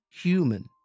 human